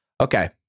Okay